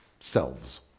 selves